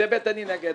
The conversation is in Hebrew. זה בית הדין הגדול.